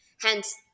hence